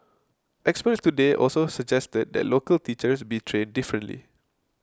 experts today also suggested that local teachers be trained differently